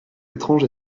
étrange